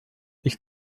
ich